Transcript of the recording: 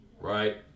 Right